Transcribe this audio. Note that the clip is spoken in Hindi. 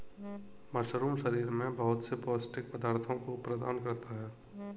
मशरूम शरीर में बहुत से पौष्टिक पदार्थों को प्रदान करता है